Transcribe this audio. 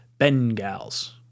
Bengals